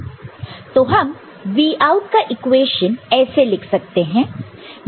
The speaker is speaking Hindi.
तो हम Vout का इक्वेशन ऐसे लिख सकते हैं